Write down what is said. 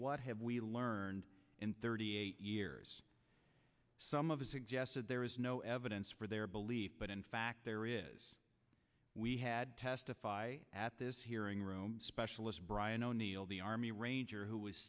what have we learned in thirty eight years some of the suggested there is no evidence for their beliefs but in fact there is we had testify at this hearing room specialist bra ryan o'neal the army ranger who was